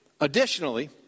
Additionally